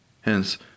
Hence